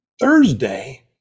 thursday